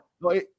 no